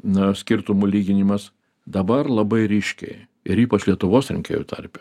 na skirtumų lyginimas dabar labai ryškiai ir ypač lietuvos rinkėjų tarpe